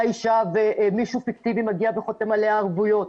אישה ומישהו פיקטיבי מגיע וחותם עליה ערבויות.